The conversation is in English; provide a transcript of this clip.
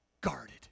guarded